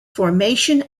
formation